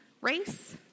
race